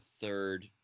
third